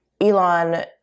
Elon